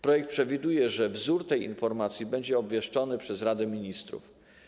Projekt przewiduje, że wzór tej informacji będzie obwieszczony przez Radę Ministrów.